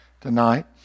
tonight